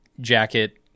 jacket